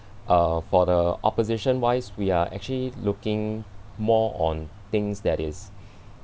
uh for the opposition wise we are actually looking more on things that is